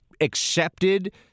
accepted